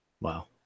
wow